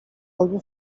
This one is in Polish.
albo